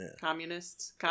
Communists